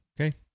Okay